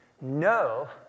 no